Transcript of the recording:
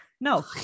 No